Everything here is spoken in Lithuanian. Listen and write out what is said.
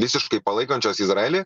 visiškai palaikančios izraelį